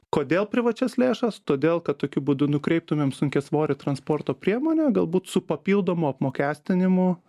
kodėl privačias lėšas todėl kad tokiu būdu nukreiptumėm sunkiasvorį transporto priemonę galbūt su papildomu apmokestinimu